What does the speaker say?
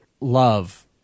love